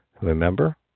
Remember